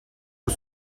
aux